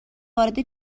وارد